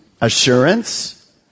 Assurance